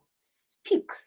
speak